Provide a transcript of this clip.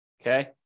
Okay